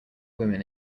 women